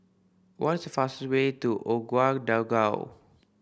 what's the fastest way to Ouagadougou